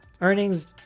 earnings